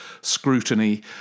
scrutiny